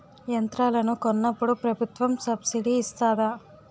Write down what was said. యంత్రాలను కొన్నప్పుడు ప్రభుత్వం సబ్ స్సిడీ ఇస్తాధా?